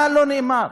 מה לא נאמר?